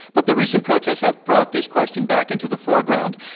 but the recent protests have brought this question back into the foreground.